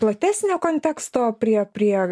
platesnio konteksto prie prie